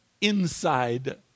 inside